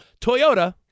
Toyota